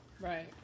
Right